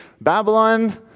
Babylon